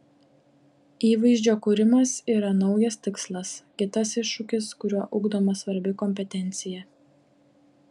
įvaizdžio kūrimas yra naujas tikslas kitas iššūkis kuriuo ugdoma svarbi kompetencija